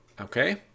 Okay